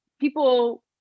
people